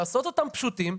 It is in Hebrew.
לעשות אותם פשוטים.